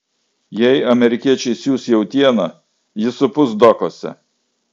jei amerikiečiai siųs jautieną ji supus dokuose